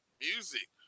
music